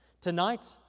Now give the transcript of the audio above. Tonight